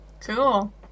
cool